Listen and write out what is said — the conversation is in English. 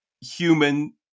human